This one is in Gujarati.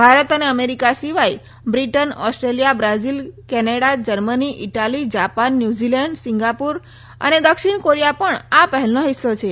ભારત અને અમેરિકા સિવાય Britain Australia Brazil Canada Germany Italy Japan New Zealand Singapore અને દક્ષિણ કોરીયા પણ આ પહેલનો હિસ્સો છે